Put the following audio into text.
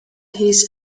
his